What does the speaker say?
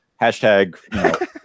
hashtag